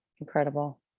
Incredible